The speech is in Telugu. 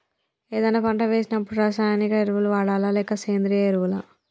ఏదైనా పంట వేసినప్పుడు రసాయనిక ఎరువులు వాడాలా? లేక సేంద్రీయ ఎరవులా?